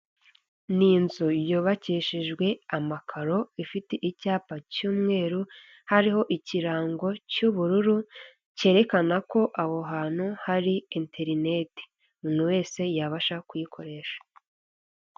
Ni inzu yubakishijwe amakaro, ifite icyapa cy'umweru hariho ikirango cy'ubururu, cyerekana ko aho hantu hari enterinete umuntu wese yabasha kuyikoresha.